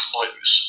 Blues